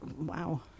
Wow